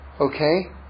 Okay